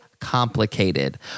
complicated